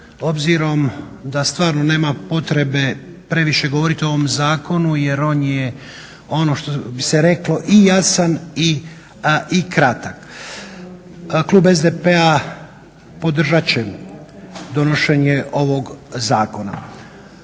obzirom da stvarno nema potrebe previše govoriti o ovom zakonu jer on je ono što bi se reklo i jasan i kratak. Klub SDP-a podržat će donošenje ovog zakona.